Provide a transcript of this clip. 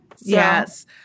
Yes